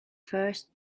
first